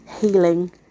healing